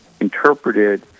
interpreted